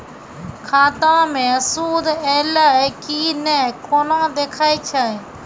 खाता मे सूद एलय की ने कोना देखय छै?